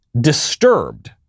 disturbed